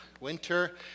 Winter